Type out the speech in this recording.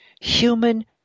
Human